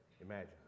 imagine